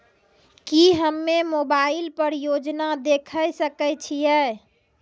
की हम्मे मोबाइल पर योजना देखय सकय छियै?